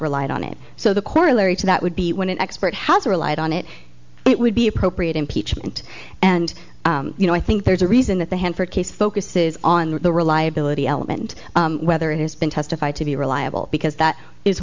relied on it so the corollary to that would be when an expert has relied on it it would be appropriate impeachment and you know i think there's a reason that the hanford case focuses on the reliability element whether it has been testified to be reliable because that is